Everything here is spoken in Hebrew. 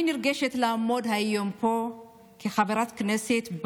אני נרגשת לעמוד היום פה כחברת כנסת,